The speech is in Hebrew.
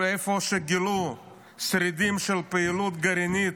איפה שגילו שרידים של פעילות גרעינית